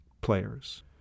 Players